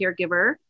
caregiver